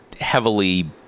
heavily